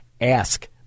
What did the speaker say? ask